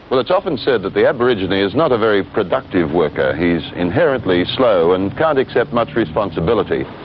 well, it's often said that the aborigine is not a very productive worker, he is inherently slow and can't accept much responsibility.